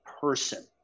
person